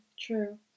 True